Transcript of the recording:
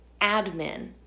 admin